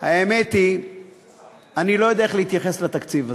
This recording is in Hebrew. האמת היא שאני לא יודע איך להתייחס לתקציב הזה.